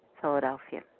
Philadelphia